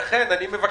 לכן אני מבקש,